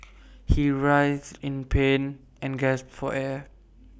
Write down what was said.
he writhed in pain and gasped for air